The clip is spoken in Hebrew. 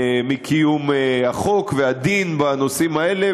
מקיום החוק והדין בנושאים האלה.